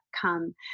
come